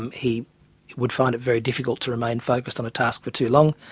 um he would find it very difficult to remain focused on a task for too long.